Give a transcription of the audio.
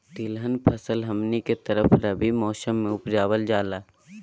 तिलहन फसल हमनी के तरफ रबी मौसम में उपजाल जाला